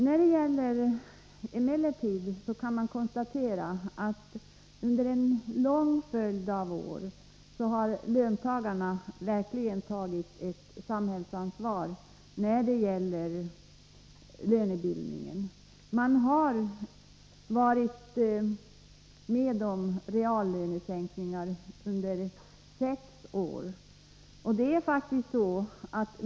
Man kan emellertid konstatera att under en lång följd av år har löntagarna verkligen tagit ett samhällsansvar när det gäller lönebildningen. De har varit med om reallönesänkningar under sex år.